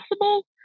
possible